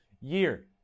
year